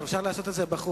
אפשר לעשות את זה בחוץ.